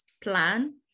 plan